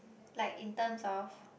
like in terms of